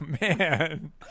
man